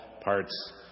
parts